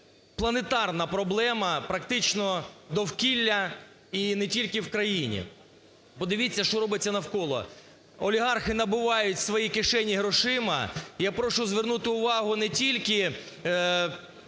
планетарна проблема практично довкілля, і не тільки в країні. Подивіться, що робиться навколо, олігархи набивають свої кишені грошима. Я прошу звернути увагу не тільки